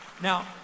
now